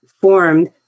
formed